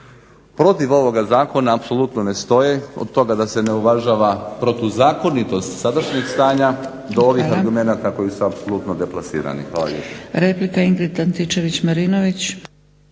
protiv ovoga zakona apsolutno ne stoje od toga da se ne uvažava protuzakonitost sadašnjeg stanja do ovih argumenata koji su apsolutno deplasirani. Hvala lijepo.